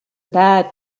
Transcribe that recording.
bad